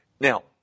Now